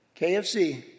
KFC